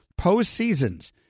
postseasons